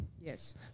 Yes